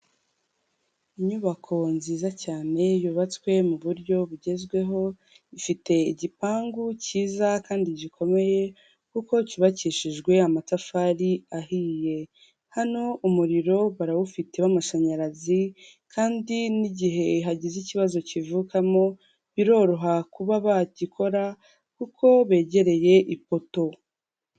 Inyubako nziza cyane yubatswe mu buryo bugezweho, ifite igipangu cyiza kandi gikomeye kuko cyubakishijwe amatafari ahiye, hano umuriro barawufite w'amashanyarazi kandi n'igihe hagize ikibazo kivukamo biroroha kuba bagikora kuko begereye ipoto.